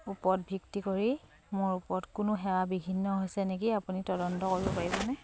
ওপৰত ভিত্তি কৰি মোৰ ওচৰত কোনো সেৱা বিঘ্নিত হৈছে নেকি আপুনি তদন্ত কৰিব পাৰিবনে